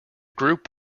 group